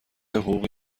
حقوقی